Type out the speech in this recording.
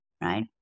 right